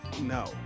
no